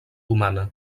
humana